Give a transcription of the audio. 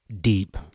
deep